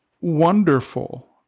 wonderful